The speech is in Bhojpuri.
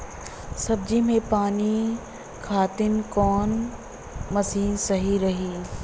सब्जी में पानी खातिन कवन मशीन सही रही?